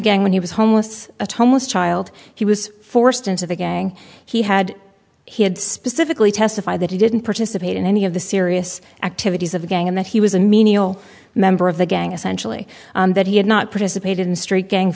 gang when he was homeless of homeless child he was forced into the gang he had he had specifically testified that he didn't participate in any of the serious activities of the gang and that he was a menial member of the gang essentially that he had not participated in street gang